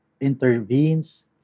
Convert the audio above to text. intervenes